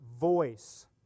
voice